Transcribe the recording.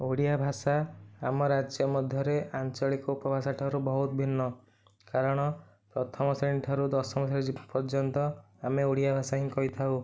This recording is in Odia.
ଓଡ଼ିଆ ଭାଷା ଆମ ରାଜ୍ୟ ମଧ୍ୟରେ ଆଞ୍ଚଳିକ ଉପଭାଷା ଠାରୁ ବହୁତ ଭିନ୍ନ କାରଣ ପ୍ରଥମ ଶ୍ରେଣୀ ଠାରୁ ଦଶମ ଶ୍ରେଣୀ ପର୍ଯ୍ୟନ୍ତ ଆମେ ଓଡ଼ିଆ ଭାଷା ହିଁ କହିଥାଉ